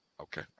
Okay